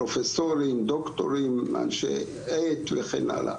פרופסורים, דוקטורים, אנשי עט וכן הלאה